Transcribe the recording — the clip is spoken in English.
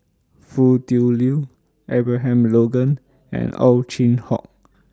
Foo Tui Liew Abraham Logan and Ow Chin Hock